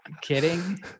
Kidding